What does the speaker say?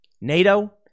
NATO